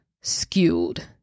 skewed